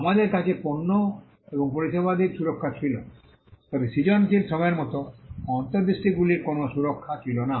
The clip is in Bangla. আমাদের কাছে পণ্য এবং পরিষেবাদির সুরক্ষা ছিল তবে সৃজনশীল শ্রমের মতো অন্তর্দৃষ্টিগুলির কোনও সুরক্ষা ছিল না